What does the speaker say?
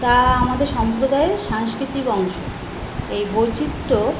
তা আমাদের সম্প্রদায়ের সাংস্কৃতিক অংশ এই বৈচিত্র্য